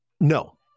No